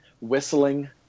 whistling